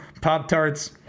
Pop-Tarts